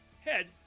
head